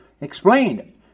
explained